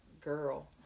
girl